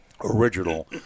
original